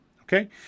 Okay